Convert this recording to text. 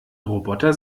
roboter